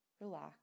relax